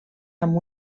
amb